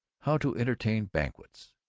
how to entertain banquets.